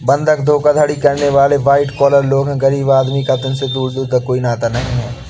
बंधक धोखाधड़ी करने वाले वाइट कॉलर लोग हैं गरीब आदमी का तो इनसे दूर दूर का कोई नाता नहीं है